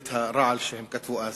ואת הרעל שהם כתבו אז.